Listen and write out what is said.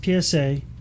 PSA